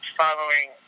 following